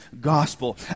gospel